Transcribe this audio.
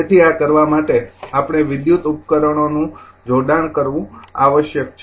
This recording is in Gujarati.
તેથી આ કરવા માટે આપણે ઇલેક્ટ્રિકલ ઉપકરણોનું જોડાણ કરવું આવશ્યક છે